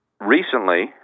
Recently